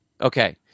Okay